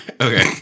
okay